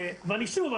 שוב,